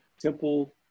temple